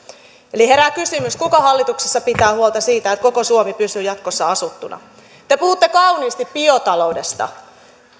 eli herää kysymys kuka hallituksessa pitää huolta siitä että koko suomi pysyy jatkossa asuttuna te puhutte kauniisti biotaloudesta